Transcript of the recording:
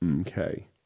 okay